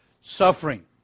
suffering